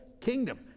kingdom